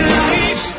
life